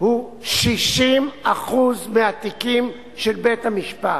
הוא 60% מהתיקים של בית-המשפט,